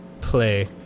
play